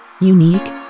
unique